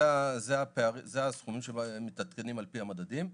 זה הסכומים שמתעדכנים על פי המדדים.